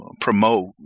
promote